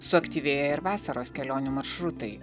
suaktyvėja ir vasaros kelionių maršrutai